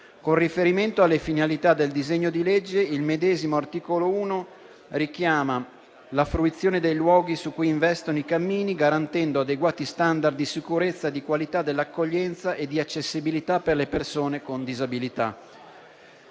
Con riferimento alle finalità del disegno di legge, il medesimo articolo 1 richiama la fruizione dei luoghi su cui investono i cammini, garantendo adeguati *standard* di sicurezza, di qualità dell'accoglienza e di accessibilità per le persone con disabilità,